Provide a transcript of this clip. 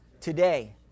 Today